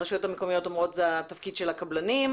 הרשויות המקומיות אומרות שזה תפקיד של הקבלנים,